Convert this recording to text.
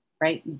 right